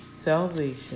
salvation